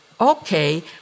okay